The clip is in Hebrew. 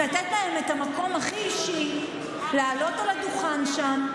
לתת להן את המקום הכי אישי לעלות על הדוכן שם,